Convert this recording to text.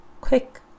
quick